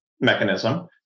mechanism